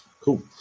Cool